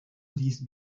these